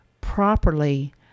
properly